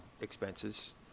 expenses